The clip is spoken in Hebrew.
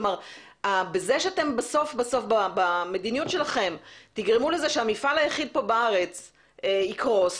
בזה שאתם במדיניות שלכם תגרמו לכך שהמפעל היחיד בארץ יקרוס,